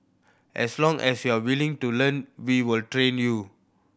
as long as you're willing to learn we will train you